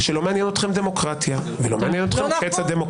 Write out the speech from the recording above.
שלא מעניין אתכם דמוקרטיה ולא מעניין